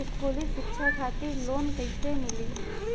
स्कूली शिक्षा खातिर लोन कैसे मिली?